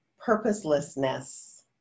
purposelessness